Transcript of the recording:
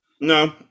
No